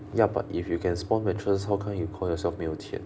ya but if you can spon mattress how come you call yourself 没有钱